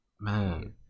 Man